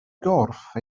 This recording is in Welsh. gorff